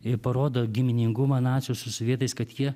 ir parodo giminingumą nacių su sovietais kad jie